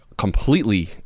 completely